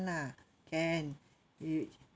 lah can you